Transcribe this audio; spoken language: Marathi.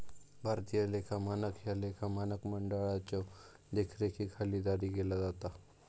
भारतीय लेखा मानक ह्या लेखा मानक मंडळाच्यो देखरेखीखाली जारी केला जाता